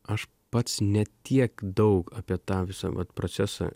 aš pats ne tiek daug apie tą visą vat procesą